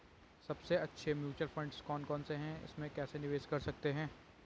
सबसे अच्छे mutual fund कौन कौनसे हैं इसमें कैसे निवेश कर सकते हैं?